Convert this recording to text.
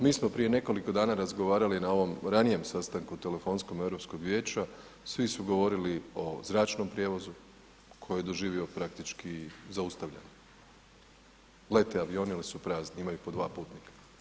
Mi smo prije nekoliko dana razgovarali na ovom ranijem sastanku telefonskom Europskog vijeća svi su govorili o zračnom prijevozu koji je doživio praktički zaustavljeni, lete avioni ali su prazni, imaju po dva putnika.